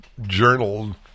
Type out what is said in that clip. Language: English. journal